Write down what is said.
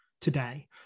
today